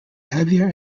heavier